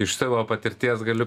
iš savo patirties galiu